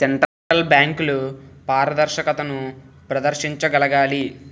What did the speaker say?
central బ్యాంకులు పారదర్శకతను ప్రదర్శించగలగాలి